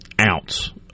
ounce